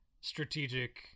strategic